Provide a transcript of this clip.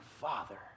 Father